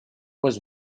was